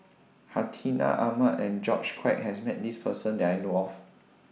Hartinah Ahmad and George Quek has Met This Person that I know of